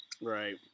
Right